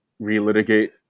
relitigate